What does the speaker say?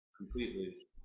completely